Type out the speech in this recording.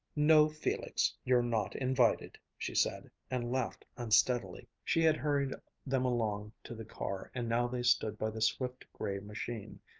no, felix, you're not invited! she said, and laughed unsteadily. she had hurried them along to the car, and now they stood by the swift gray machine,